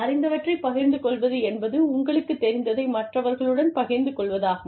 அறிந்தவற்றைப் பகிர்ந்துக் கொள்வது என்பது உங்களுக்குத் தெரிந்ததை மற்றவர்களுடன் பகிர்ந்து கொள்வதாகும்